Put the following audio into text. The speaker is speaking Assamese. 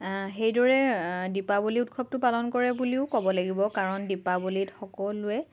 সেইদৰে দীপাৱলী উৎসৱটো পালন কৰে বুলিও ক'ব লাগিব কাৰণ দীপাৱলীত সকলোৱে